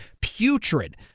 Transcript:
putrid